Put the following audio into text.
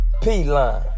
P-Line